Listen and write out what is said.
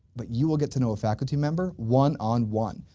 but you will get to know a faculty member one on one.